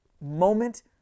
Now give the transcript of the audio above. moment